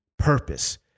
purpose